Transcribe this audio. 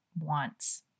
wants